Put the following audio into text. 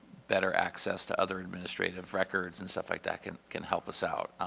better access to other administrative records and stuff like that can can help us out.